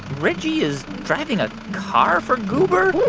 reggie is driving a car for goober?